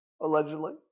Allegedly